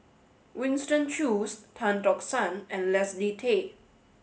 Winston Choos Tan Tock San and Leslie Tay